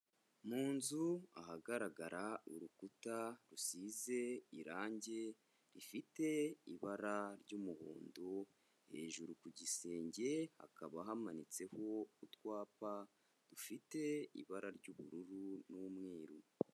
Mu nzu ahagaragara urukuta rusize irange rifite ibara ry'umuhondo, hejuru ku gisenge hakaba hamanitseho utwapa dufite ibara ry'ubururu n'umweru.